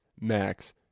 max